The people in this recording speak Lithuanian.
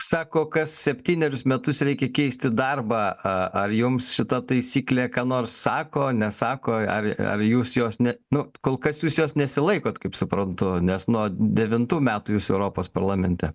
sako kas septynerius metus reikia keisti darbą ar jums šita taisyklė ką nors sako nesako ar jūs jos ne nu kol kas jūs jos nesilaikot kaip suprantu nes nuo devintų metų jūs europos parlamente